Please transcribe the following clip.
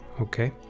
Okay